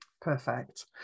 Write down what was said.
Perfect